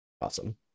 Awesome